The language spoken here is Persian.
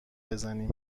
بزنیم